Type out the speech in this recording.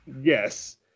Yes